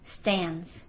stands